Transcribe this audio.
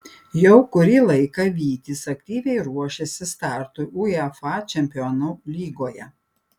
jau kurį laiką vytis aktyviai ruošiasi startui uefa čempionų lygoje